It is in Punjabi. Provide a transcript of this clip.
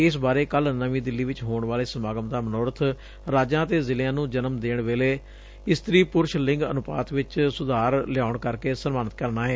ਇਸ ਬਾਰੇ ਕੱਲ੍ਹ ਨਵੀਂ ਦਿੱਲੀ ਵਿਚ ਹੋਣ ਵਾਲੇ ਸਮਾਗਮ ਦਾ ਮਨੋਰਥ ਰਾਜਾਂ ਅਤੇ ਜ਼ਿਲ਼ਿਆਂ ਨੂੰ ਜਨਮ ਵੇਲੇ ਇਸਤਰੀ ਪੁਰਸ਼ ਲਿੰਗ ਅਨੁਪਾਤ ਵਿਚ ਸੁਧਾਰ ਲਿਆਉਣ ਕਰਕੇ ਸਨਮਾਨਿਤ ਕਰਨਾ ਏ